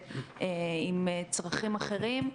אם אלו ילדים עם צרכים אחרים,